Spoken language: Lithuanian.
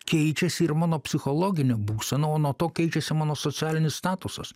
keičiasi ir mano psichologinė būsena o nuo to keičiasi mano socialinis statusas